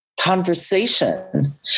conversation